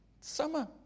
summer